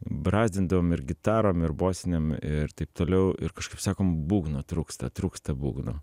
brazdindavom ir gitarom ir bosinėm ir taip toliau ir kažkaip sakom būgno trūksta trūksta būgno